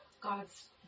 God's